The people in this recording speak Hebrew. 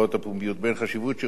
ובגין החשיבות שרואה הוועדה